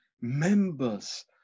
members